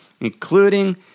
including